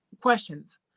questions